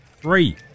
three